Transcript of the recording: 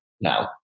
now